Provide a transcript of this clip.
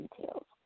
details